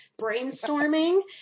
brainstorming